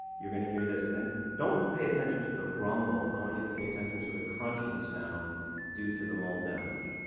you're going to hear this and don't pay attention to the rumble, i want you to pay attention to the crunching sound due to the mold damage.